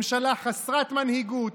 ממשלה חסרת מנהיגות,